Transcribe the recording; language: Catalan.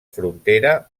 frontera